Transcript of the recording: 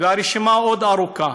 והרשימה עוד ארוכה.